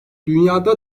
dünyada